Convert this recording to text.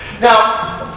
Now